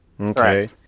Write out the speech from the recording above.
Okay